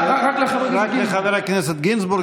רק לחבר הכנסת גינזבורג,